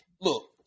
Look